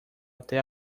até